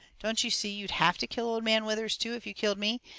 don't you see you'd have to kill old man withers too, if you killed me?